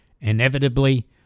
inevitably